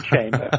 chamber